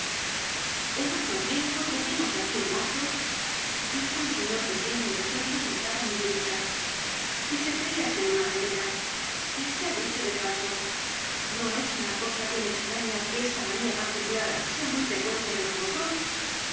en otro tiempo tuvimos aquí un mozo dijo un señor pequeño y rechoncho sentado á mi derecha que se creía ser una tetera y sea dicho de paso no es una cosa bien extraña que esta manía particular sea muy frecuente en los locos